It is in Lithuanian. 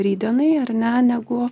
rytdienai ar ne negu